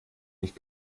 nicht